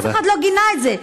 אף אחד לא גינה את זה.